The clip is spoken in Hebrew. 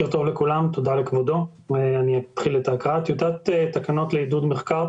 הוספת תקנה 4. בתקנות לעידוד מחקר,